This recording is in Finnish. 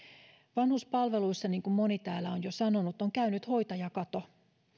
vanhuspalveluissa niin kuin moni täällä on jo sanonut on käynyt hoitajakato alalle